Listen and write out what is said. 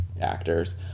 actors